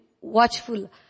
watchful